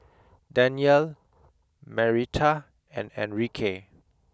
Danyel Marietta and Enrique